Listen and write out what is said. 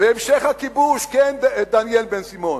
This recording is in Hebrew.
והמשך הכיבוש כן, דניאל בן-סימון,